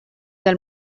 del